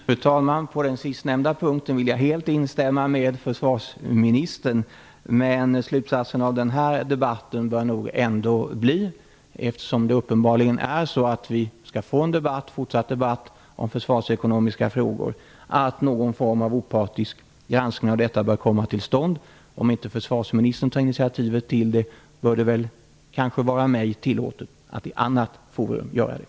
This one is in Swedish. Fru talman! På den sistnämnda punkten vill jag helt instämma med försvarsministern. Vi skall uppenbarligen få en fortsatt debatt om försvarsekonomiska frågor. Men slutsatsen av den här debatten bör väl ändå bli att någon form av opartisk granskning av detta bör komma till stånd. Om inte försvarsministern tar initiativet till det är det väl mig tillåtet att i annat forum göra det.